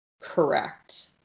correct